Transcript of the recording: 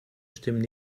stimmen